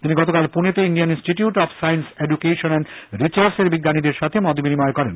তিনি গতকাল পুনেতে Indian Institute of Science Education and Research এর বিজ্ঞানীদের সাথে মত বিনিময় করেন